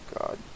God